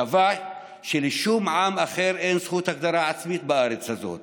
קבע שלשום עם אחר אין זכות הגדרה עצמית בארץ הזאת